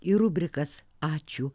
ir rubrikas ačiū